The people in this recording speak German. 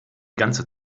ganze